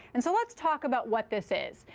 and so let's talk about what this is.